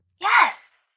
Yes